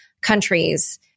countries